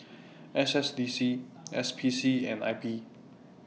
S S D C S P C and I P